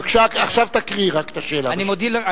בבקשה, עכשיו תקריא רק את השאלה, ברשותך.